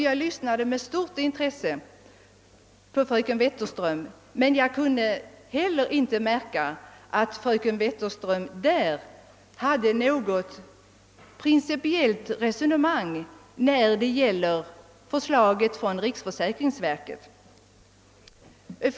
Jag iryssnade med stort intresse på fröken Wetterström, men jag kunde inte märka att hon i sitt anförande heller förde något principiellt resonemang kring riksförsäkringsverkets förslag.